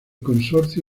consorcio